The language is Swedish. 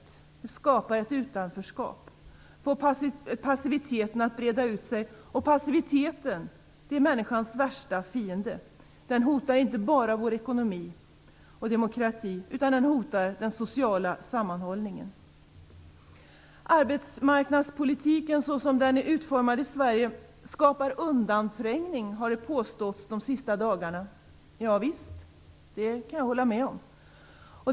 Den skapar ett utanförskap och får passiviteten att breda ut sig. Och passiviteten är människans värsta fiende. Den hotar inte bara vår ekonomi och demokrati, utan den hotar den sociala sammanhållningen. Det har påståtts de senaste dagarna att arbetsmarknadspolitiken såsom den är utformad i Sverige skapar undanträngning. Jag kan hålla med om det.